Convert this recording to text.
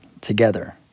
together